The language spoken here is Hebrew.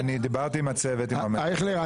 אני דיברתי עם הצוות --- אייכלר,